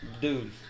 dude